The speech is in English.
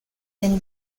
than